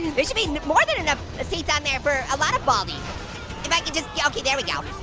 and there should be more than enough seats on there for a lot of baldies if i could just, yeah okay there we go.